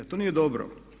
To nije dobro.